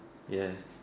ya